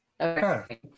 Okay